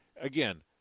again